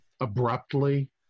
abruptly